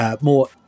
more